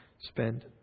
spend